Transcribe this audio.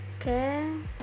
okay